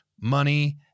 money